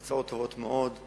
ההצעות טובות מאוד.